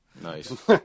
Nice